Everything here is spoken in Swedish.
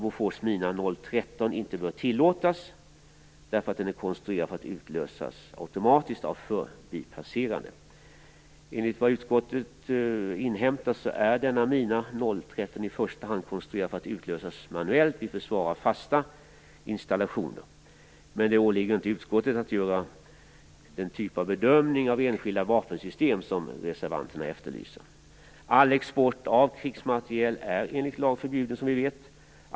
Bofors mina 013 inte bör tillåtas därför att den är konstruerad för att utlösas automatiskt av förbipasserande. Enligt vad utskottet inhämtat är mina 013 i första hand konstruerad för att utlösas manuellt vid försvar av fasta installationer. Det åligger inte utskottet att göra den typ av bedömning av enskilda vapensystem som reservanterna efterlyser. All export av krigsmateriel är som bekant enligt lag förbjuden.